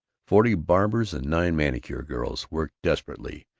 forty barbers and nine manicure girls worked desperately,